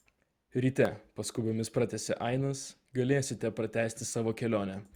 ryte paskubomis pratęsė ainas galėsite pratęsti savo kelionę